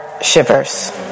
Shivers